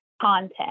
content